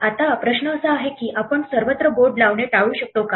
आता प्रश्न असा आहे की आपण सर्वत्र बोर्ड लावणे टाळू शकतो का